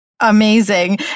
amazing